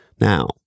Now